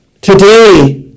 today